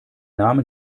name